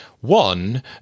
one